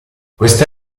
questa